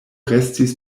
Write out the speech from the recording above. restis